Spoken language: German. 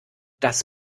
das